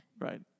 Right